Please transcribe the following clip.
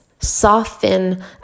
soften